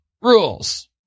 rules